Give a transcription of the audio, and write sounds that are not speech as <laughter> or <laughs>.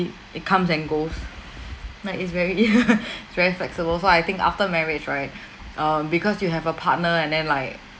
it comes and goes like it's very ya <laughs> <breath> it's very flexible so I think after marriage right <breath> um because you have a partner and then like